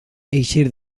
eixir